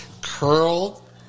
curled